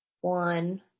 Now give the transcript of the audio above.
one